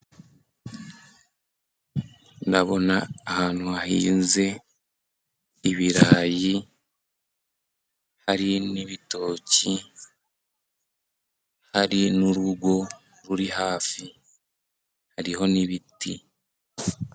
Ndabona ahantu hahinze ibirayi, hari n'ibitoki, hari n'urugo ruri hafi, hariho n'ibiti.